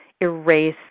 erase